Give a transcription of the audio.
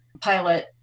pilot